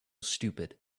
stupid